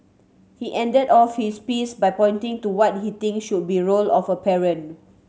he ended off his piece by pointing to what he thinks should be role of a parent